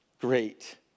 great